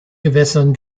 gewässern